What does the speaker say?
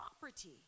property